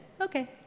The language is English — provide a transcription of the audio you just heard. okay